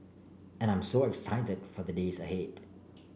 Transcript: and I'm so excited for the days ahead